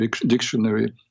dictionary